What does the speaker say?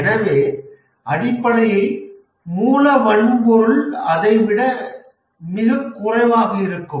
எனவே அடிப்படையில் மூல வன்பொருள் அதை விட மிகக் குறைவாக இருக்கும்